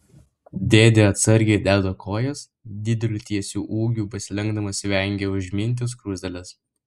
dėdė atsargiai deda kojas dideliu tiesiu ūgiu pasilenkdamas vengia užminti skruzdėles